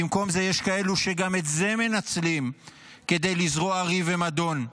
במקום זה יש כאלו שגם את זה מנצלים כדי לזרוע ריב ומדון,